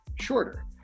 shorter